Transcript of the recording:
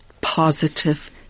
positive